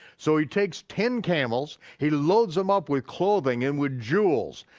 so he takes ten camels, he loads them up with clothing, and with jewels,